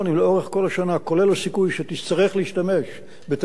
כולל הסיכוי שתצטרך להשתמש בתעריף גבוה בשעות העומס,